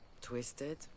Twisted